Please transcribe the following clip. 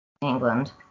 England